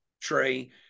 Trey